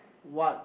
what